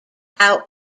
how